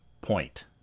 point